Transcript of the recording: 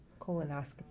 Colonoscopy